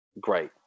great